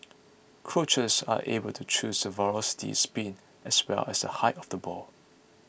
coaches are able to choose the velocity spin as well as the height of the ball